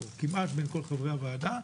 כמעט בין כל חברי הוועדה,